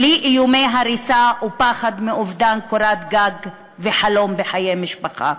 בלי איומי הריסה ופחד מאובדן קורת גג וחלום בחיי משפחה.